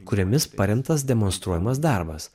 kuriomis paremtas demonstruojamas darbas